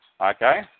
Okay